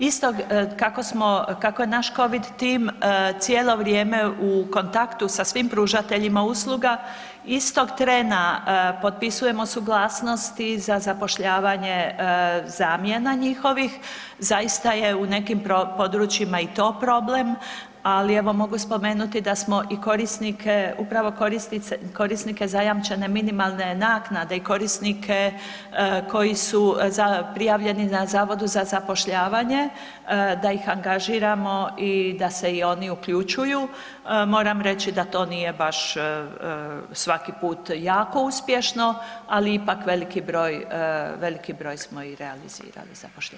Istog, kako smo, kako je naš covid tim cijelo vrijeme u kontaktu sa svim pružateljima usluga istog trena potpisujemo i suglasnosti za zapošljavanje zamjena njihovih, zaista je u nekim područjima i to problem, ali evo mogu spomenuti da smo i korisnike upravo korisnice, korisnike zajamčene minimalne naknade i korisnike koji su prijavljeni na Zavodu za zapošljavanju da ih angažiramo i da se i oni uključuju, moram reći da to nije baš svaki put jako uspješno, ali ipak veliki broj, veliki broj smo i realizirali zapošljavanja.